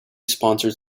sponsored